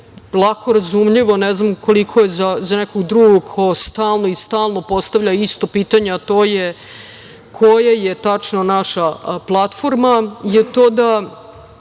lako razumljivo, ne znam koliko je za nekog drugog ko stalno i stalno postavlja isto pitanje, a to je - koja je tačno naša platforma je to da